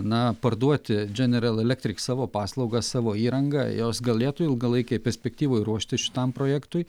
na parduoti general electric savo paslaugas savo įrangą jos galėtų ilgalaikėj perspektyvoj ruošti šitam projektui